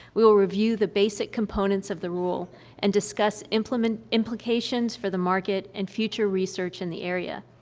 we will review the basic components of the rule and discuss implications implications for the market and future research in the area.